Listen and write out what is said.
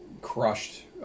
crushed